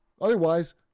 otherwise